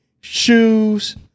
shoes